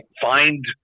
find